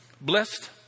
Blessed